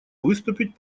выступить